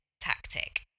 tactic